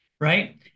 right